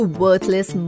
worthless